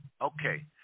Okay